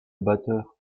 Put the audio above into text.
batteur